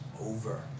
over